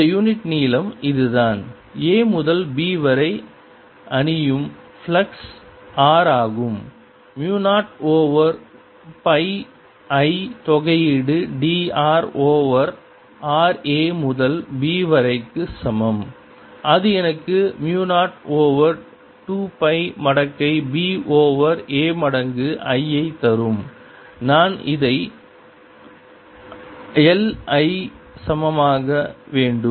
இந்த யூனிட் நீளம் இதுதான் a முதல் b வரை அணியும் ஃப்ளக்ஸ் r ஆகும் மு 0 ஓவர் பை I தொகையீடு d r over r a முதல் b வரை க்கு சமம் அது எனக்கு மு 0 ஓவர் 2 பை மடக்கை b ஓவர் a மடங்கு I ஐ தரும் நான் இதை lI சமமாக வேண்டும்